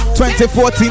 2014